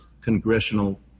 congressional